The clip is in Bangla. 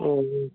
হুম হুম